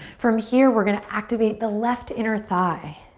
from here, we're gonna activate the left inner thigh.